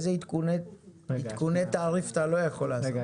באיזה עדכון תעריף אתה לא יכול לעשות, ולמה?